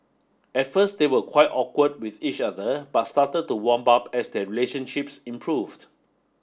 at first they were quite awkward with each other but started to warm up as their relationships improved